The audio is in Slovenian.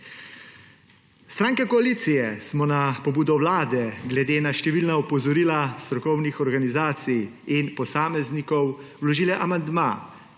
Stranke koalicije smo na pobudo Vlade, glede na številna opozorila strokovnih organizacij in posameznikov, vložile amandma,